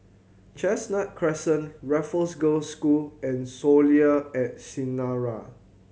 Chestnut Crescent Raffles Girls' School and Soleil at Sinaran